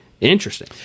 Interesting